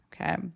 okay